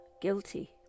guilty